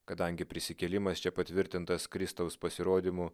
kadangi prisikėlimas čia patvirtintas kristaus pasirodymu